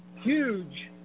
huge